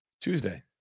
Tuesday